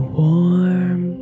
warm